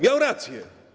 Miał rację?